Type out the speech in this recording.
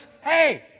hey